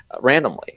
randomly